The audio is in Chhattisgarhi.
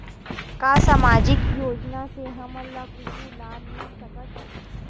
का सामाजिक योजना से हमन ला कुछु लाभ मिल सकत हे?